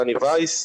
דני וייס.